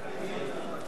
להביע